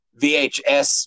VHS